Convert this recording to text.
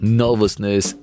nervousness